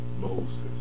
Moses